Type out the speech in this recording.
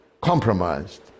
compromised